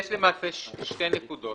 למעשה יש שתי נקודות.